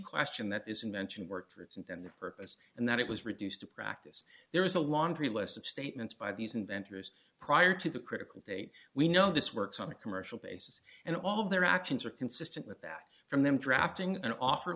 question that this invention worked for its intended purpose and that it was reduced to practice there is a laundry list of statements by these inventors prior to the critical date we know this works on a commercial basis and all of their actions are consistent with that from them drafting an offer